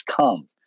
come